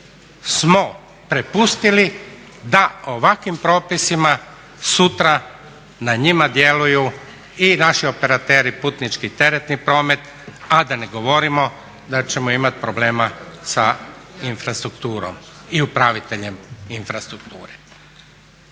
smo prepustili da ovakvim propisima sutra na njima djeluju i naši operateri, putnički i teretni promet, a da ne govorimo da ćemo imati problema sa infrastrukturom i upraviteljem infrastrukture.